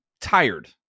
tired